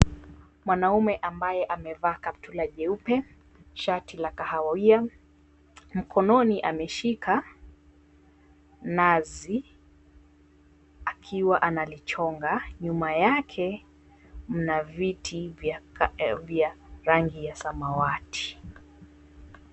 Mwanaume ambaye amevaa kaptura jeupe, shati la kahawia, mkononi ameshika nazi akiwa analichonga. Nyuma yake mna viti vya rangi ya samawati.